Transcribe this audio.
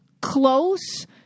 close